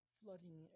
flooding